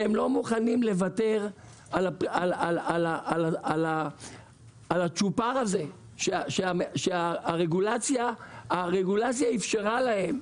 הם לא מוכנים לוותר על הצ'ופר הזה שהרגולציה אפשרה להם.